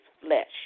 flesh